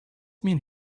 mean